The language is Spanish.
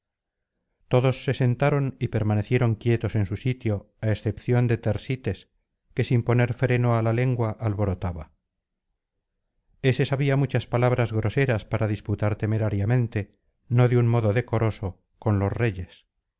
todos se sentaron y permanecieron quietos en su sitio á excepción de tersites que sin poner freno á la lengua alborotaba ese sabía muchas palabras groseras para disputar temerariamente no de un modo decoroso con los reyes